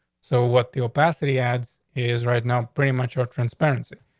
so what the opacity ads is right now pretty much or transparency.